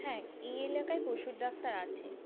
হ্যাঁ এই এলাকায় পশুর ডাক্তার আছে